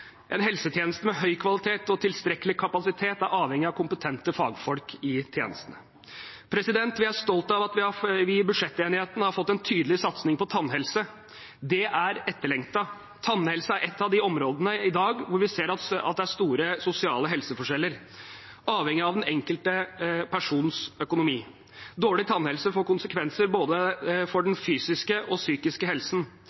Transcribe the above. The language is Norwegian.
En helsetjeneste med høy kvalitet og tilstrekkelig kapasitet er avhengig av kompetente fagfolk i tjenesten. Vi er stolt av at vi i budsjettenigheten har fått en tydelig satsing på tannhelse. Det er etterlengtet. Tannhelse er et av de områdene i dag hvor man ser at det er store sosiale helseforskjeller, avhengig av den enkelte persons økonomi. Dårlig tannhelse får konsekvenser både for